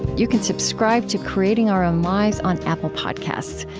you can subscribe to creating our own lives on apple podcasts.